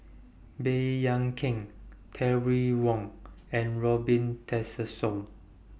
Baey Yam Keng Terry Wong and Robin Tessensohn